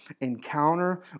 encounter